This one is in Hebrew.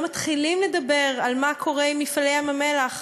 לא מתחילים לדבר על מה קורה עם מפעלי ים-המלח.